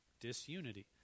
disunity